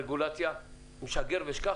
היטיבה עם האוכלוסיות החלשות והאוכלוסייה המבוגרת?